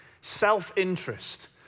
self-interest